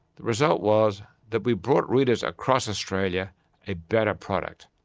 the result was that we brought readers across australia a better product,